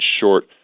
short